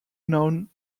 known